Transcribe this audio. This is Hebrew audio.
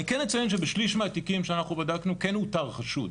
אני כן אציין שבשליש מהתיקים שאנחנו בדקנו כן אותר חשוד,